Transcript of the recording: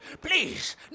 please